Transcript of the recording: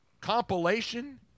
Compilation